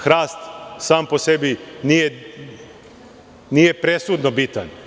Hrast sam po sebi nije presudno bitan.